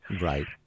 Right